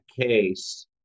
case